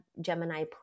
Gemini